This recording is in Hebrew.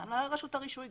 גם לרשות הרישוי,